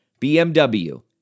BMW